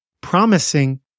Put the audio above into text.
promising